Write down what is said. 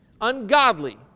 Ungodly